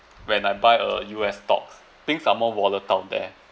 when I buy a U_S stock things are more volatile out there